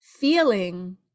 feeling